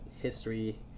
history